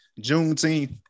Juneteenth